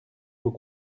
vous